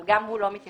אבל גם הוא לא מתייחס